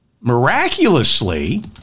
miraculously